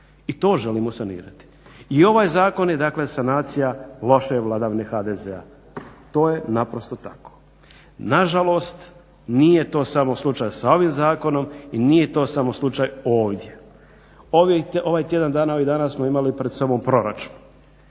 i to želimo sanirati. I ovaj zakon je dakle sanacija loše vladavine HDZ-a, to je naprosto tako. Nažalost, nije to samo slučaj sa ovim zakonom i nije to samo slučaj ovdje. Ovaj tjedan dana, ovih dana smo imali pred sobom proračun,